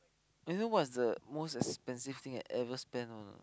you now what's the most expensive thing I ever spend on or not